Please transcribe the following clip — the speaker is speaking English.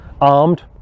armed